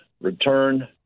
return